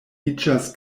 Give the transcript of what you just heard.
iĝas